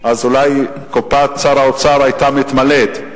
אולי קופת שר האוצר היתה מתמלאת,